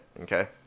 Okay